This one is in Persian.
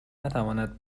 نتواند